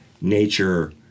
nature